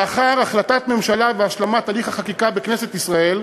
לאחר החלטת ממשלה והשלמת הליך החקיקה בכנסת ישראל,